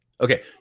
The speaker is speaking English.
Okay